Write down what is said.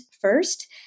first